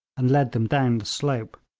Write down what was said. and led them down the slope.